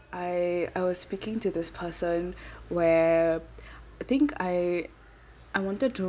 I I was speaking to this person where I think I I wanted to